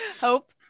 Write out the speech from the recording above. Hope